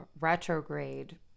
retrograde